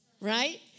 right